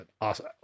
Awesome